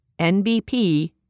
NBP